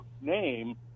name